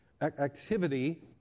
activity